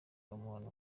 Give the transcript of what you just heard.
umuntu